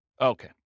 Okay